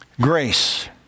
grace